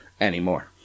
anymore